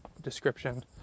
description